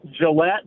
Gillette